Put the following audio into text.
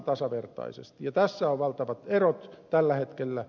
tässä on valtavat erot tällä hetkellä